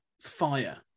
Fire